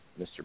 Mr